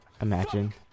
Imagine